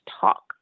talk